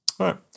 Right